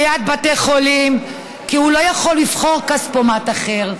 ליד בתי חולים, כי הוא לא יכול לבחור כספומט אחר,